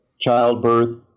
childbirth